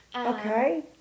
Okay